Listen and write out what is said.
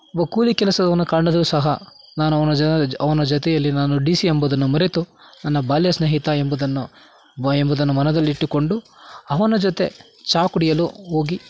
ವ ಕೂಲಿ ಕೆಲಸದವನು ಕಂಡರೂ ಸಹ ನಾನು ಅವನ ಜ್ ಅವನ ಜೊತೆಯಲ್ಲಿ ನಾನು ಡಿ ಸಿ ಎಂಬುದನ್ನು ಮರೆತು ನನ್ನ ಬಾಲ್ಯ ಸ್ನೇಹಿತ ಎಂಬುದನ್ನು ಎಂಬುದನ್ನು ಮನದಲ್ಲಿಟ್ಟುಕೊಂಡು ಅವನ ಜೊತೆ ಚಾ ಕುಡಿಯಲು ಹೋಗಿ